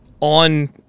on